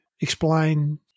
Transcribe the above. explain